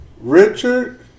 Richard